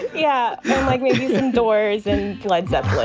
yeah like doors and glides up.